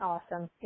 Awesome